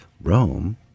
Rome